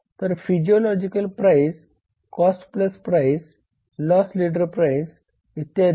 तर physiological price cost plus price loss leader price इत्यादी